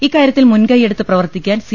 ഇക്കാര്യത്തിൽ മുൻകൈയെടുത്ത് പ്രവർത്തിക്കാൻ സി